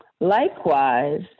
Likewise